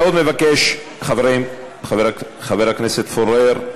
מבקש, חברים, חבר הכנסת פורר,